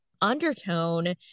undertone